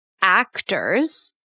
actors